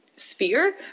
sphere